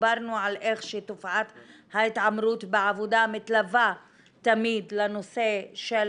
דיברנו על איך שתופעת ההתעמרות בעבודה מתלווה תמיד לנושא של